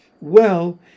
Well